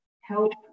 help